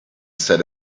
said